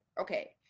Okay